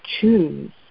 choose